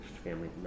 family